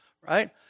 right